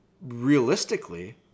Realistically